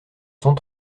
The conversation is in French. cent